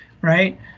right